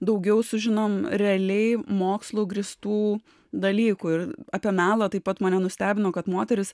daugiau sužinom realiai mokslu grįstų dalykų ir apie melą taip pat mane nustebino kad moterys